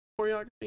choreography